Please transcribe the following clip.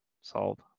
solved